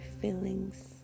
feelings